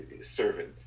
servant